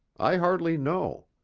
i hardly know.